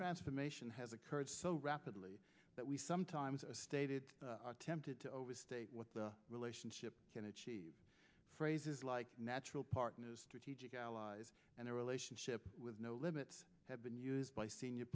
transformation has occurred so rapidly that we sometimes stated attempted to overstate what the relationship can achieve phrases like natural partners strategic allies and a relationship with no limits have been used by senior